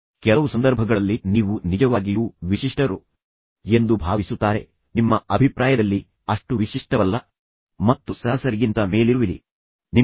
ಮತ್ತು ಕೆಲವು ಸಂದರ್ಭಗಳಲ್ಲಿ ಅವರು ನೀವು ನಿಜವಾಗಿಯೂ ವಿಶಿಷ್ಟರು ಎಂದು ಭಾವಿಸುತ್ತಾರೆ ಆದರೆ ನಂತರ ನಿಮ್ಮ ಅಭಿಪ್ರಾಯದಲ್ಲಿ ನೀವು ನಿಜವಾಗಿಯೂ ಅಷ್ಟು ವಿಶಿಷ್ಟವಲ್ಲ ಎಂದು ಭಾವಿಸುತ್ತೀರಿ ಮತ್ತು ನೀವು ಸರಾಸರಿಗಿಂತ ಮೇಲಿರುವಿರಿ ಎಂದು ಭಾವಿಸಿರಿ